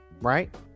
Right